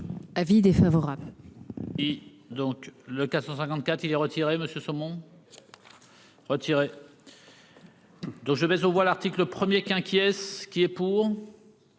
Avis défavorable.